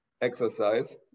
exercise